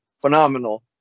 phenomenal